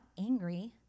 angry